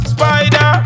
Spider